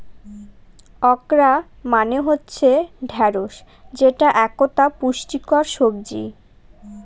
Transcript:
okra মানে হচ্ছে ঢ্যাঁড়স যেটা একতা পুষ্টিকর সবজি